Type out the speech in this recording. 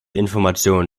informationen